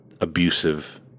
abusive